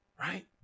Right